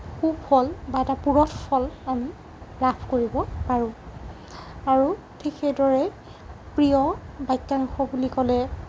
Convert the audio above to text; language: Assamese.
সুফল বা আমি এটা পুৰঠ ফল আমি লাভ কৰিব পাৰোঁ আৰু ঠিক সেইদৰে প্ৰিয় বাক্যাংশ বুলি ক'লে